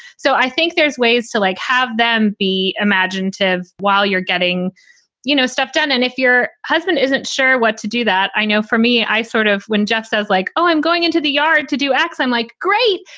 so i think there's ways to like have them be imaginative while you're getting you know stuff done and if your husband isn't sure what to do, that. i know for me, i sort of when jeff says like, oh, i'm going into the yard to do x, i'm like, great,